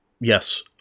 Yes